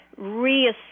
reassess